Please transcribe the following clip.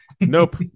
nope